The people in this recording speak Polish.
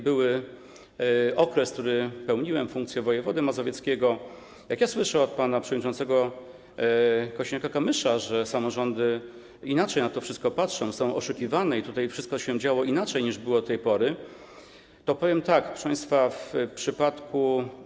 Był okres, kiedy pełniłem funkcję wojewody mazowieckiego, i jak słyszę od pana przewodniczącego Kosiniaka-Kamysza, że samorządy inaczej na to wszystko patrzą, są oszukiwane i tutaj wszystko się działo inaczej, niż było do tej pory, to powiem tak: proszę państwa, w przypadku.